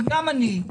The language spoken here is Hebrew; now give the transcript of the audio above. וגם אני שואל,